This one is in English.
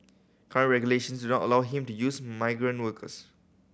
current regulations do not allow him to use migrant workers